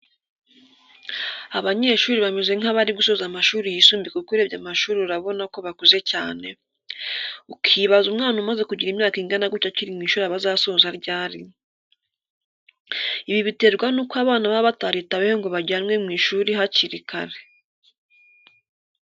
Abanyeshuri bameze nkabari gusoza amashuri yisumbuye kuko urebye amashuri urabona ko bakuze cyane, ukibaza umwana umaze kugira imyaka ingana gutya akiri mu ishuri aba azasoza ryari? Ibi biterwa n'uko abana baba bataritaweho ngo bajyanwe mu ishuri hakiri kare.